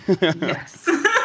Yes